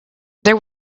there